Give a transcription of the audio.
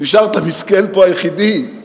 נשארת פה, מסכן, היחידי,